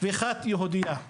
ואחת יהודייה.